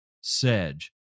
sedge